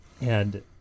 and-